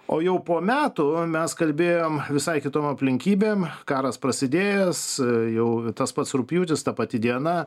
o jau po metų mes kalbėjom visai kitom aplinkybėm karas prasidėjęs jau tas pats rugpjūtis ta pati diena